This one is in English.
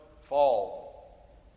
fall